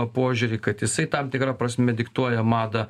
požiūrį kad jisai tam tikra prasme diktuoja madą